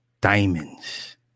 Diamonds